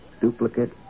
duplicate